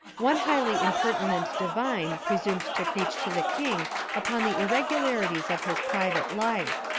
one highly imper tinent divine presumed to preach to the king upon the irregularities of his private life.